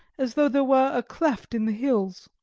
as though there were a cleft in the hills.